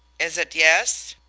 is it yes?